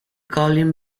colin